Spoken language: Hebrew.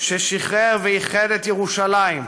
ששחרר ואיחד את ירושלים,